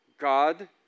God